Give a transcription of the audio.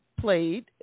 played